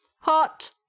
Hot